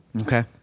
Okay